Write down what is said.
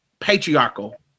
patriarchal